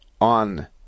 on